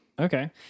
Okay